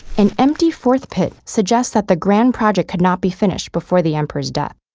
an empty fourth pit suggests that the grand project could not be finished before the emperor's death.